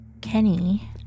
Kenny